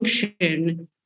function